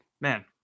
man